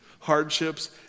Hardships